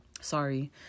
sorry